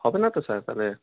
হবে না তো স্যার তাহলে